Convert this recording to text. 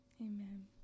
Amen